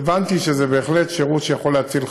התכוונתי שזה בהחלט שירות שיכול להציל חיים,